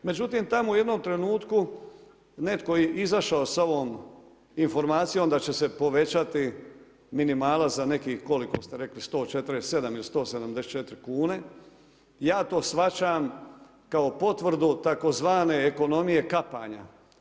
Međutim tamo u jednom trenutku netko je izašao sa ovom informacijom da će se povećati minimalac za nekih koliko ste rekli, 147 ili 174 kune, ja to shvaćam kao potvrdu tzv. ekonomije kapanja.